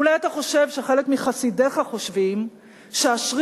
אולי אתה חושב שחלק מחסידיך חושבים שהשריר